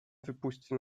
wypuśćcie